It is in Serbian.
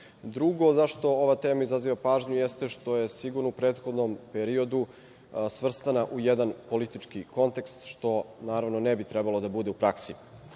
zašto ova tema izaziva pažnju jeste što je sigurno u prethodnom periodu svrstana u jedan politički kontekst, što, naravno, ne bi trebalo da bude u praksi.